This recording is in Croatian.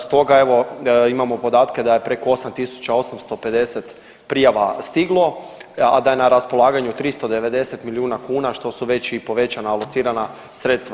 Stoga evo imamo podatke da je preko 8.850 prijava stiglo, a da je na raspolaganju 390 milijuna kuna što već i povećana alocirana sredstva.